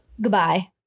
Goodbye